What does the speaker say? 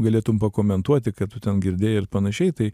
galėtum pakomentuoti ką tu ten girdėjai ir panašiai tai